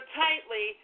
tightly